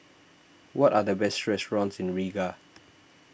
what are the best restaurants in Riga